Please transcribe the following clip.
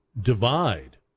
divide